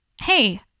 hey